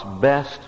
best